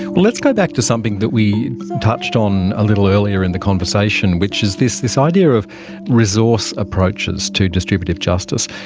let's go back to something that we touched on a little earlier in the conversation, which is this this idea of resource approaches to distributive justice.